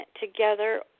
together